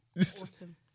Awesome